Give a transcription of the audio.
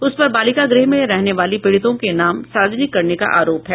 उसपर बालिका गृह में रहने वाली पीड़ितों के नाम सार्वजनिक करने का आरोप है